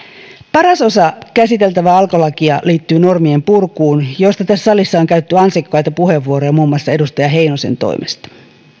paras osa käsiteltävää alkolakia liittyy normien purkuun josta tässä salissa on käytetty ansiokkaita puheenvuoroja muun muassa edustaja heinosen toimesta